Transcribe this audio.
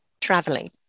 traveling